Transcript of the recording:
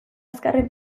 azkarren